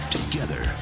Together